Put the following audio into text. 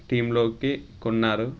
టీమ్లోకి కొన్నారు